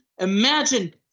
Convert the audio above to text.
Imagine